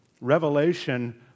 revelation